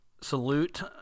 salute